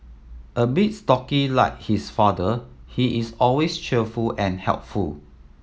a bit stocky like his father he is always cheerful and helpful